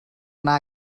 anar